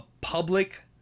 public